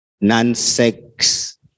non-sex